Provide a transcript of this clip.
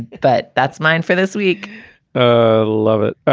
but that's mine for this week ah love it.